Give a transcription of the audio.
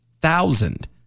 thousand